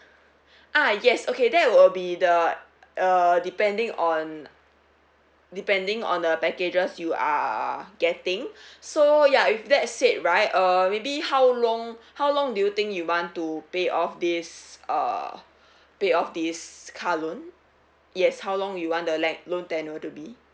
ah yes okay that will be the uh depending on depending on the packages you are getting so ya with that said right uh maybe how long how long do you think you want to pay off this uh pay off this car loan yes how long you want the la~ loan tenure to be